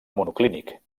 monoclínic